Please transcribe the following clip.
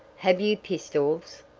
have you pistols?